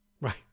Right